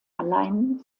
allein